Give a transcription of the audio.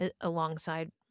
alongside